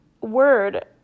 word